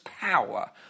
power